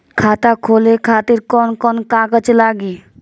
खाता खोले खातिर कौन कौन कागज लागी?